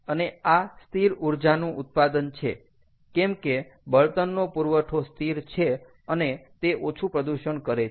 અને આ સ્થિર ઊર્જાનું ઉત્પાદન છે કેમ કે બળતણનો પુરવઠો સ્થિર છે અને તે ઓછું પ્રદુષણ કરે છે